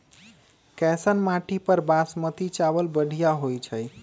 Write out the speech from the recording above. कैसन माटी पर बासमती चावल बढ़िया होई छई?